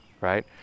right